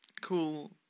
cool